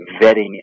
vetting